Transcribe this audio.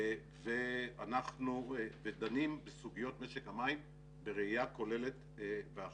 ואנחנו דנים בסוגיות משק המים בראייה כוללת ואחידה.